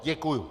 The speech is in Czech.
Děkuju.